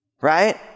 right